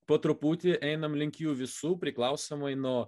po truputį einam link jų visų priklausomai nuo